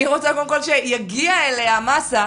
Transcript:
אני רוצה שיגיע אליה מסה,